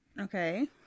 Okay